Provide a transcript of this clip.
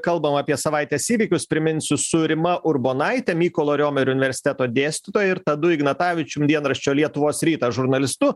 kalbam apie savaitės įvykius priminsiu su rima urbonaite mykolo riomerio universiteto dėstytoja ir tadu ignatavičium dienraščio lietuvos rytas žurnalistu